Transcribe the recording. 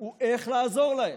הוא איך לעזור להם,